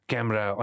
Camera